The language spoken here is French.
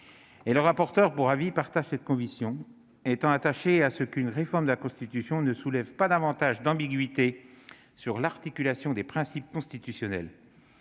Le rapporteur pour avis partage également cette conviction, étant attaché à ce qu'une réforme de la Constitution ne soulève pas davantage d'ambiguïtés sur l'articulation des principes constitutionnels.